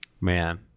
man